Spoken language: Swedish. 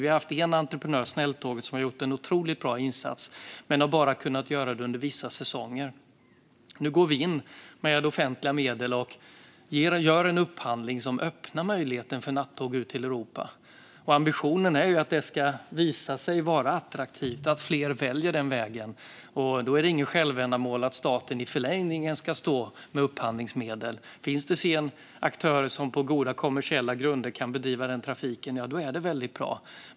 Vi har haft en operatör, Snälltåget, som har gjort en otroligt bra insats. Men de har bara kunnat göra det under vissa säsonger. Nu går vi in med offentliga medel och gör en upphandling som öppnar möjligheten för nattåg ut till Europa. Ambitionen är att det ska visa sig vara attraktivt och att fler väljer den vägen. Då är det inget självändamål att staten i förlängningen ska stå med upphandlingsmedel. Om det sedan finns aktörer som på goda kommersiella grunder kan bedriva trafiken är det väldigt bra.